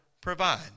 provide